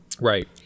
Right